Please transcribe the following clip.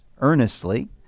earnestly